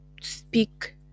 speak